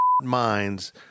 minds